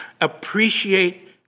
appreciate